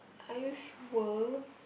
are you sure